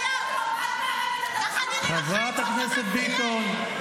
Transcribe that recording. --- חברת הכנסת ביטון,